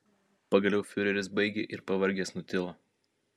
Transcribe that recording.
pagaliau fiureris baigė ir pavargęs nutilo